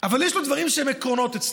אבל יש לו דברים שהם עקרונות אצלו.